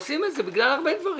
עושים את זה בגלל הרבה דברים.